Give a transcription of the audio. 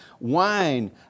wine